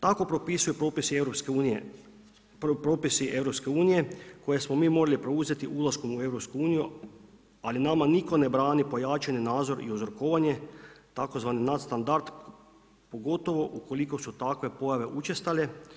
Tako propisuju propisi EU koje smo mi moralo preuzeti ulaskom u EU, ali nama nitko ne brani pojačani nazor i uzorkovanje tzv. nadstandard pogotovo ukoliko su takve pojave učestale.